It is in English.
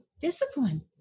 discipline